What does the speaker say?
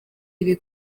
ibi